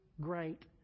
great